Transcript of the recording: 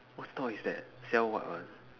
what stall is that sell what one